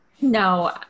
No